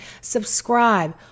subscribe